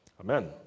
Amen